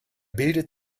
bildet